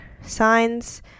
signs